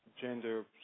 gender